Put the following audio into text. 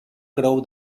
creu